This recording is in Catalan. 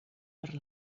per